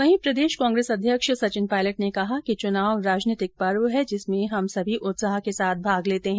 वहीं प्रदेश कांग्रेस अध्यक्ष सचिन पायलट ने कहा कि चुनाव राजनीतिक पर्व है जिसमें हम सभी उत्साह के साथ भाग लेते है